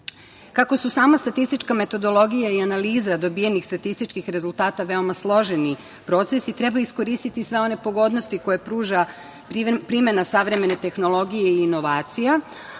su sama statistička metodologija i analiza dobijenih statističkih rezultata veoma složeni procesi, treba iskoristiti sve one pogodnosti koje pruža primena savremene tehnologije i inovacija,